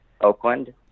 Oakland